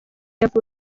yavutse